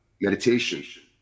meditation